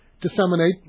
disseminate